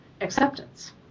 acceptance